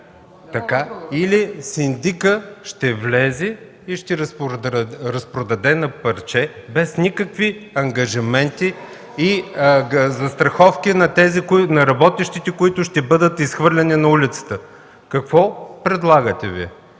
или синдикът ще влезе и ще разпродаде на парче без никакви ангажименти и застраховки за работещите, които ще бъдат изхвърлени на улицата. (Реплика от